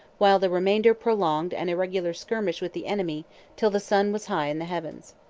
while the remainder prolonged an irregular skirmish with the enemy till the sun was high in the heavens.